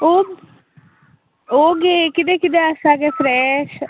ओ ओगे कितें कितें आसा गे फ्रॅश